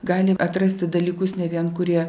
gali atrasti dalykus ne vien kurie